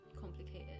complicated